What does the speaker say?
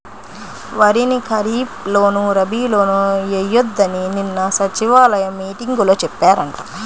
వరిని ఖరీప్ లోను, రబీ లోనూ ఎయ్యొద్దని నిన్న సచివాలయం మీటింగులో చెప్పారంట